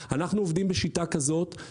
ואנחנו נגיד: "הכל